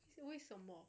为什么